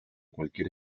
cualquier